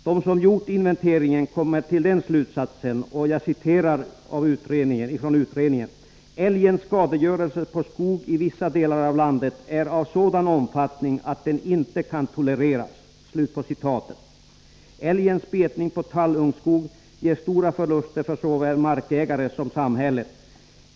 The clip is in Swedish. De som gjort inventeringen kommer till den slutsatsen att ”älgens skadegörelse på skog i vissa delar av landet är av sådan omfattning att den inte kan tolereras”. Älgens betning på tallungskog ger stora förluster för såväl markägare som samhället.